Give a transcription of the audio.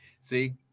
See